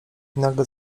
nagle